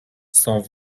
cent